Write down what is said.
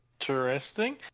Interesting